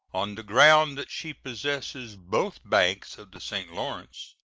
on the ground that she possesses both banks of the st. lawrence,